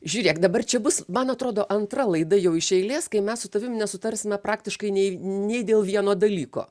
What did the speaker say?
žiūrėk dabar čia bus man atrodo antra laida jau iš eilės kai mes su tavim nesutarsime praktiškai nei nei dėl vieno dalyko